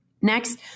Next